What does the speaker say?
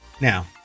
Now